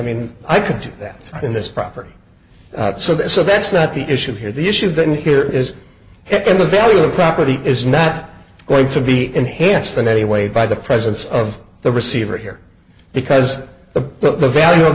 mean i could do that in this property so that so that's not the issue here the issue then here is if in the value of property is not going to be enhanced than any way by the presence of the receiver here because the value of